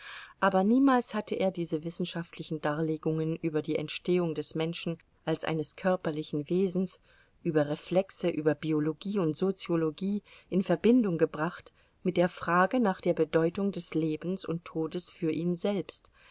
aber niemals hatte er diese wissenschaftlichen darlegungen über die entstehung des menschen als eines körperlichen wesens über reflexe über biologie und soziologie in verbindung gebracht mit der frage nach der bedeutung des lebens und todes für ihn selbst